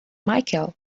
michael